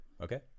Okay